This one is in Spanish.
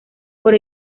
por